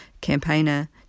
campaigner